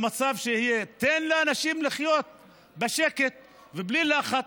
למצב שיהיה, תן לאנשים לחיות בשקט, בלי לחץ,